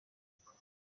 facebook